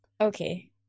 Okay